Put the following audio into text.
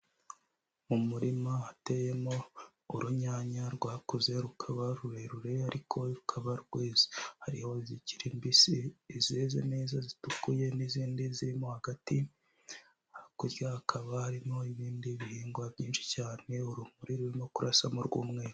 Mu murima hateyemo urunyanya rwakuze rukaba rurerure ariko rukaba rweze. Hariho izikiri mbisi, izeze neza zitukuye, n'izindi zirimo hagati. Hakurya hakaba harimo ibindi bihingwa byinshi cyane, urumuri rurimo kurasamo rw'umweru.